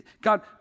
God